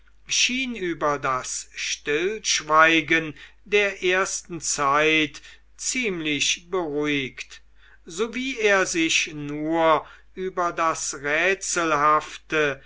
schien über das stillschweigen der ersten zeit ziemlich beruhigt so wie er sich nur über das rätselhafte